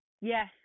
Yes